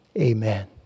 amen